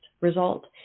result